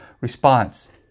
response